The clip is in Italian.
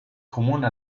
comune